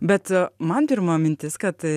bet man pirma mintis kad